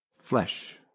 flesh